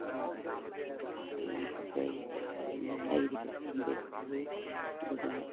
ꯄꯣꯠꯇꯨ ꯌꯥꯝ ꯐꯖꯩ ꯑꯩꯅ ꯂꯩꯔꯤꯕ ꯍꯦꯟ ꯕꯦꯒꯇꯨ ꯑꯗꯨꯒ